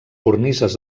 cornises